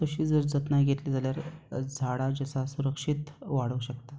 तशी जर जतनाय घेतली जाल्यार झाडां जीं आसा सुरक्षीत वाडोवंक शकतात